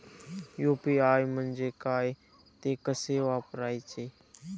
UPI म्हणजे काय, ते कसे वापरायचे?